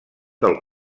del